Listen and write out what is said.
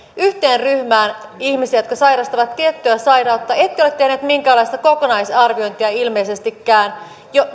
yhteen ryhmään ihmisiä jotka sairastavat tiettyä sairautta ette ole tehneet minkäänlaista kokonaisarviointia ilmeisestikään